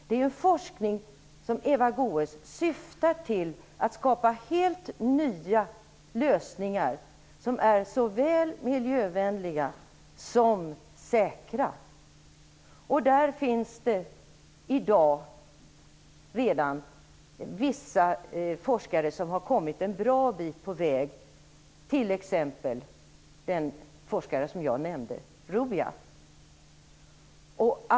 Den forskningen, Eva Goës, syftar till att skapa helt nya lösningar som är såväl miljövänliga som säkra. Redan i dag har vissa forskare kommit en bra bit på vägen, t.ex. den forskare som jag nämnde i mitt huvudanförande, nämligen Rubbia.